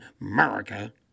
America